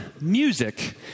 music